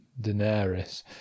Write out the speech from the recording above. Daenerys